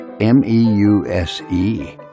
M-E-U-S-E